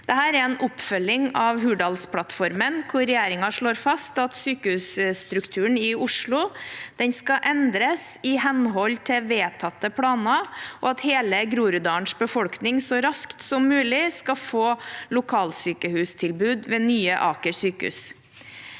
Dette er en oppfølging av Hurdalsplattformen, hvor regjeringen slår fast at sykehusstrukturen i Oslo skal endres i henhold til vedtatte planer, og at hele Groruddalens befolkning så raskt som mulig skal få lokalsykehustilbud ved Nye Aker sykehus.